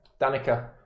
Danica